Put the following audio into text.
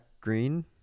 green